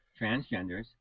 transgenders